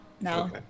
no